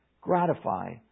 gratify